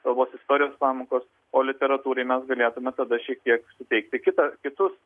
savos istorijos pamokos o literatūrai mes galėtume tada šiek tiek suteikti kitą kitus